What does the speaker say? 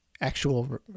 actual